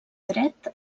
dret